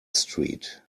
street